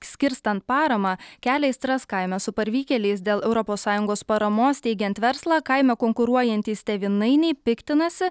skirstant paramą kelia aistras kaime su parvykėliais dėl europos sąjungos paramos steigiant verslą kaime konkuruojantys tėvynainiai piktinasi